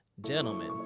gentlemen